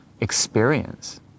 experience